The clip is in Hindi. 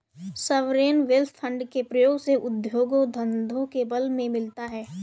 सॉवरेन वेल्थ फंड के प्रयोग से उद्योग धंधों को बल मिलता है